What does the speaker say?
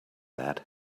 that